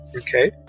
Okay